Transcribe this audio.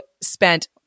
spent